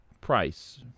Price